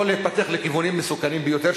זה יכול להתפתח לכיוונים מסוכנים ביותר,